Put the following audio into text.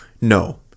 no